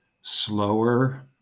slower